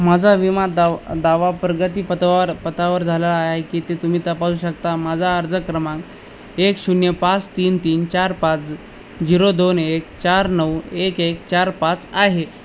माझा विमा दा दावाप्रगती पथावार पथावर झालेला आहे की ते तुम्ही तपासू शकता माझा अर्ज क्रमांक एक शून्य पाच तीन तीन चार पाच झिरो दोन एक चार नऊ एक एक चार पाच आहे